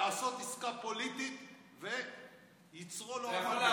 הוא עורך דין ליגה ב' שהובא לעשות עסקה פוליטית ויצרו לא עמד לו.